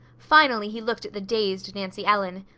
finally he looked at the dazed nancy ellen.